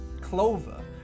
Clover